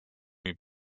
võib